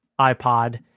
iPod